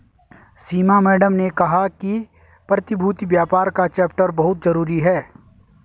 सीमा madam ने कहा कि प्रतिभूति व्यापार का चैप्टर बहुत जरूरी है